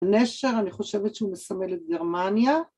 ‫נשר, אני חושבת שהוא מסמל את גרמניה.